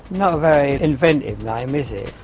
not a very inventive name, is it?